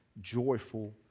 joyful